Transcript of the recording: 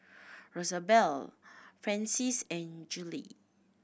Rosabelle Francis and Julie